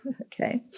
Okay